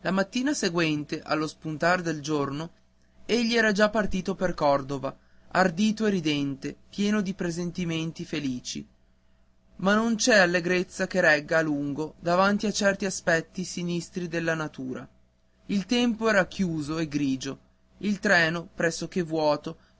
la mattina seguente allo spuntare del giorno egli era già partito per cordova ardito e ridente pieno di presentimenti felici ma non c'è allegrezza che regga a lungo davanti a certi aspetti sinistri della natura il tempo era chiuso e grigio il treno presso che vuoto